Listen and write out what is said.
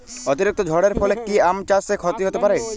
অতিরিক্ত ঝড়ের ফলে কি আম চাষে ক্ষতি হতে পারে?